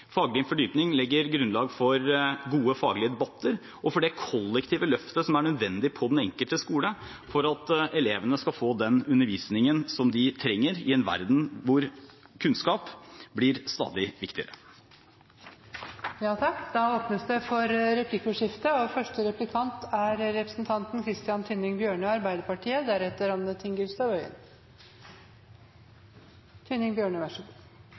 Faglig fordypning legger grunnlaget for gode, faglige debatter og for det kollektive løftet som er nødvendig på den enkelte skole for at elevene skal få den undervisningen som de trenger, i en verden hvor kunnskap blir stadig viktigere. Det blir replikkordskifte. Et bredt flertall på Stortinget var enig i de nye kompetansekravene for lærere. Og